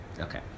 Okay